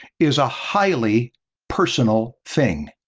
is a highly personal thing.